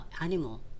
animal